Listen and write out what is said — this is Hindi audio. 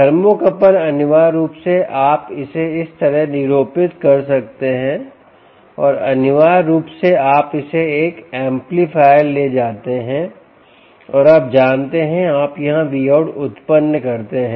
थर्मोकपल अनिवार्य रूप से आप इसे इस तरह निरूपित कर सकते हैं और अनिवार्य रूप से आप इसे एक एम्पलीफायर ले जाते हैं और आप जानते हैं आप यहाँ Vout उत्पन्न करते हैं